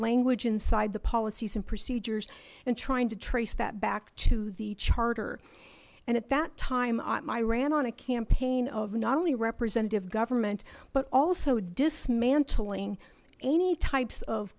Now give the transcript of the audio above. language inside the policies and procedures and trying to trace that back to the charter and at that time i ran on a campaign of not only representative government but also dismantling any types of